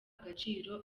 agaciro